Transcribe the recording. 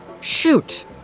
shoot